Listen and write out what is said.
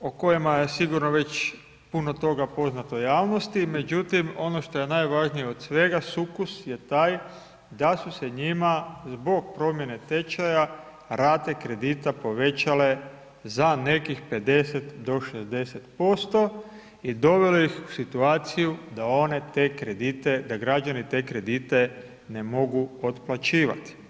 o kojima je sigurno već puno toga poznato javnosti, međutim ono što je najvažnije od svega sukus je taj da su se njima zbog promjene tečaja rate kredita povećale za nekih 50 do 60% i dovele ih u situaciju da one te kredite, da građani te kredite ne mogu otplaćivati.